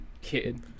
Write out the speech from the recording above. kid